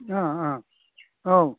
औ